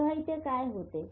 तेंव्हा इथे काय होते